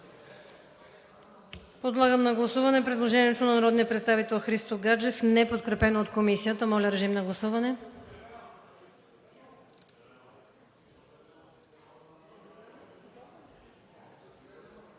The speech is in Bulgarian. Подлагам на гласуване предложението на народния представител Христо Гаджев, неподкрепено от Комисията. Гласували